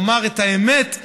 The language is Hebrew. נאמר את האמת,